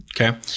okay